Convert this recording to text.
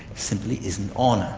simply isn't on.